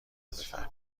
بفهمیم